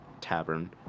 Tavern